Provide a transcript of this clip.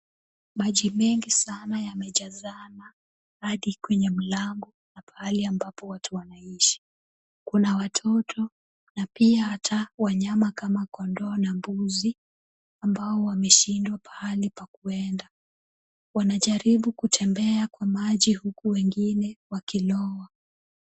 Maji mengi sana yamejazana hadi kwenye mlango na pahali ambapo watu wanaishi, kuna watoto na pia hata wanyama kama kondoo na mbuzi, ambao wameshindwa pahali pa kuenda, wanajaribu kutembea kwa maji huku wengine wakilowa.